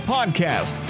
Podcast